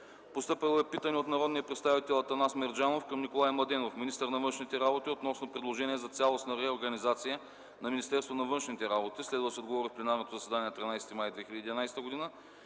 Постъпило е питане от народния представители Атанас Мерджанов към Николай Младенов – министър на външните работи, относно предложение за цялостна реорганизация на Министерството на външните работи. Следва да се отговори в пленарното заседание на 13 май 2011 г.